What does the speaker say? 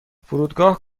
فرودگاه